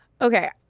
Okay